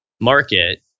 market